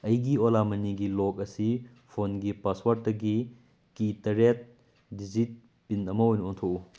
ꯑꯩꯒꯤ ꯑꯣꯂꯥ ꯃꯅꯤꯒꯤ ꯂꯣꯛ ꯑꯁꯤ ꯐꯣꯟꯒꯤ ꯄꯥꯁꯋꯥꯔꯠꯇꯒꯤ ꯀꯤ ꯇꯔꯦꯠ ꯗꯤꯖꯤꯠ ꯄꯤꯟ ꯑꯃ ꯑꯣꯏꯅ ꯑꯣꯟꯊꯣꯛꯎ